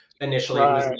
initially